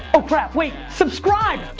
oh crap, wait, subscribe!